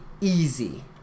Easy